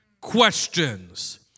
Questions